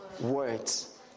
words